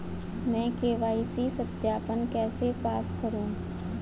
मैं के.वाई.सी सत्यापन कैसे पास करूँ?